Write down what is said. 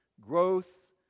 growth